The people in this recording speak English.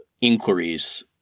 inquiries